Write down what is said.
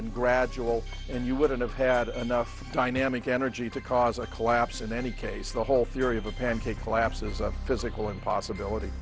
been gradual and you wouldn't have had enough dynamic energy to cause a collapse in any case the whole theory of a pancake collapse is a physical impossibility